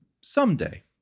someday